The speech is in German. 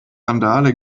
randale